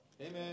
Amen